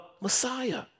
Messiah